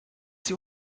sie